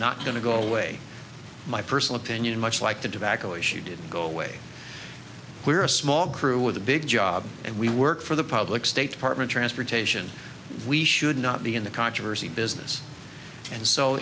not going to go away my personal opinion much like the divakar issue didn't go away we're a small crew with a big job and we work for the public state department transportation we should not be in the controversy business and so